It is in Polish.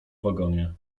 wagonie